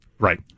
Right